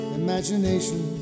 imagination